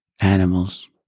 animals